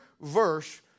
verse